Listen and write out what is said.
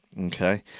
Okay